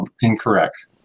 incorrect